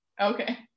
okay